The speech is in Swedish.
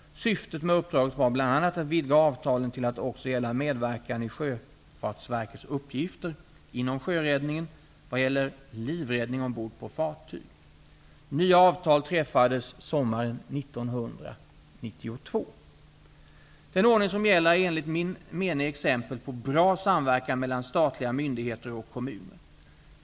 Syftet med uppdraget var bl.a. att vidga avtalen till att också gälla medverkan i Sjöfartsverkets uppgifter inom sjöräddningen vad gäller livräddning ombord på fartyg. Nya avtal träffades sommaren 1992. Den ordning som gäller är enligt min mening exempel på bra samverkan mellan statliga myndigheter och kommuner.